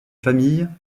famille